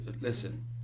listen